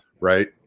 Right